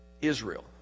Israel